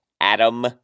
Adam